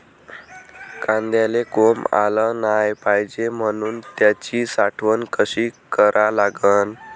कांद्याले कोंब आलं नाई पायजे म्हनून त्याची साठवन कशी करा लागन?